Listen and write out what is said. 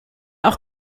auch